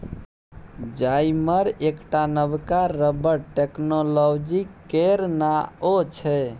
जाइमर एकटा नबका रबर टेक्नोलॉजी केर नाओ छै